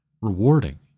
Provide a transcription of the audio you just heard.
rewarding